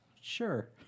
Sure